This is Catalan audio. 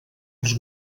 els